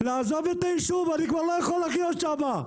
לעזוב את היישוב, אני כבר לא יכול לחיות שמה.